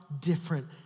different